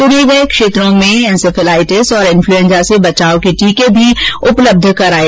चुने गये क्षेत्रों में एनसेफेलाइटिस और इन्फ्लुएन्जा से बचाव के टीके भी उपलब्ध कराए जा रहे हैं